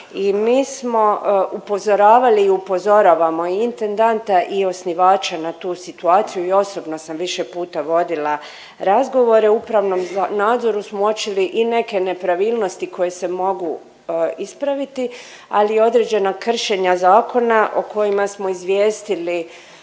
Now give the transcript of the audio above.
I mi smo upozoravali i upozoravamo i intendanta i osnivača na tu situaciju i osobno sam više puta vodila razgovore, upravnim nadzorom smo uočili i neke nepravilnosti koje se mogu ispraviti, ali i određena kršenja zakona o kojima smo izvijestili